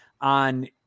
on